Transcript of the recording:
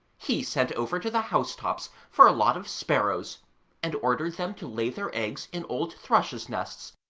he sent over to the house-tops for a lot of sparrows and ordered them to lay their eggs in old thrushes' nests,